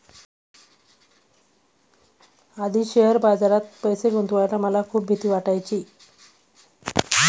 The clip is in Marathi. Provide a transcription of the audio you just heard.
आधी शेअर बाजारात पैसे गुंतवायला मला खूप भीती वाटायची